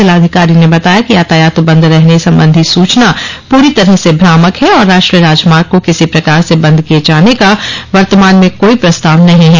जिलाधिकारी ने बताया कि यातायात बंद रहने संबंधी सूचना पूरी तरह से भ्रामक है और राष्ट्रीय राजमार्ग को किसी प्रकार से बंद किये जाने का वर्तमान में कोई प्रस्ताव नही है